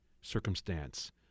circumstance